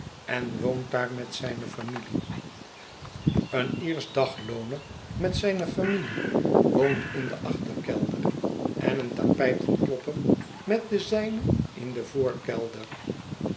en woont daar met zijne familie een iersch daglooner met zijne familie woont in den achterkelder en een tapytenklopper met de zijne in den voorkelder